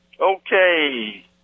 Okay